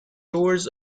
doors